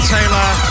Taylor